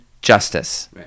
justice